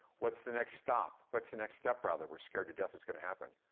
what's the next stop? what's the next step, rather? we're scared to death it's gonna happen.